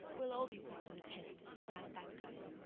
we'll all be put to the test, as far as that goes.